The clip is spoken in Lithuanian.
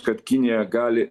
kad kinija gali